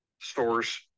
source